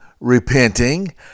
repenting